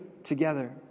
together